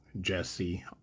Jesse